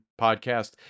podcast